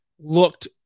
looked